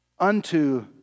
unto